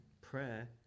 Prayer